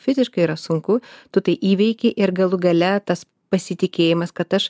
fiziškai yra sunku tu tai įveiki ir galų gale tas pasitikėjimas kad aš